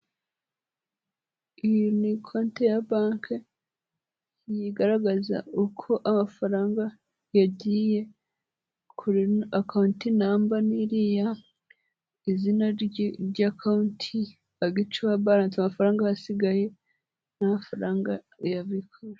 Iyi ni konti ya banki igaragaza uko amafaranga yagiye kuri akawunti, namba ni iriya, izina rya konti, agicowa baranse amafaranga aba yasigaye n'amafaranga yabikujwe.